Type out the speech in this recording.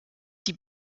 die